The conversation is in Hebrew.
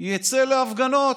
יצא להפגנות.